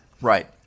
Right